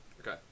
Okay